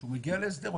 כשהוא הגיע להסדר,